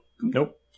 Nope